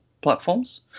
platforms